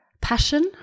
passion